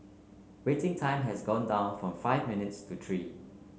waiting time has also gone down from five minutes to three